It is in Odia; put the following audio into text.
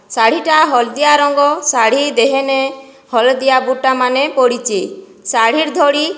ଶାଢ଼ୀଟା ହଳ୍ଦିଆ ରଙ୍ଗ ଶାଢ଼ୀ ଦେହେନେ ହଳଦିଆ ଗୁଟାମାନେ ପଡ଼ିଛେ ଶାଢ଼ୀର୍ ଧଡ଼ି